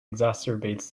exacerbates